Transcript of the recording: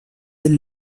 del